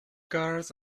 guards